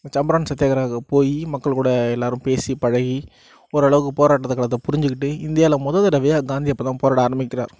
சம்ரான் சத்யாகிரகம் போய் மக்கள் கூட எல்லோரும் பேசி பழகி ஓரளவுக்கு போராட்ட கழகத்தை புரிஞ்சுக்கிட்டு இந்தியாவில் மொதல் தடவையாக காந்தி அப்போ தான் போராட ஆரம்பிக்கிறார்